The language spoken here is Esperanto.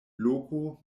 loko